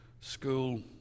School